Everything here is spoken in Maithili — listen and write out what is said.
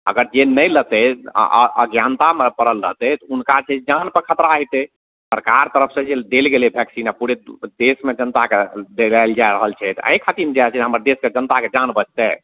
अगर जे नहि लेतय अज्ञानतामे पड़ल रहतइ तऽ हुनका जे जानपर खतरा हेतय सरकार तरफसँ जे देल गेलय वैक्सीन आओर पूरे देशमे जनताके देवालय जा रहल छै तऽ अइ खातिर जे छै हमर देश के जनता के जान बचतै